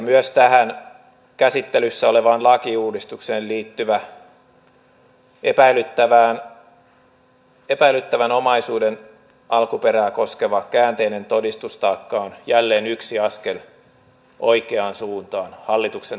myös tähän käsittelyssä olevaan lakiuudistukseen liittyvä epäilyttävän omaisuuden alkuperää koskeva käänteinen todistustaakka on jälleen yksi askel oikeaan suuntaan hallituksen toimenpidelistalla